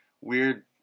weird